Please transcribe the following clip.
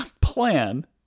plan